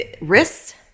wrists